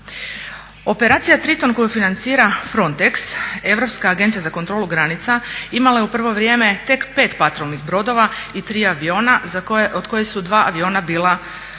Operacija Triton koju financira Frontex, Europska agencija za kontrolu granica, imala je u prvo vrijeme tek 5 patrolnih brodova i tri aviona od koji su dva aviona bila u